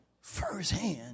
firsthand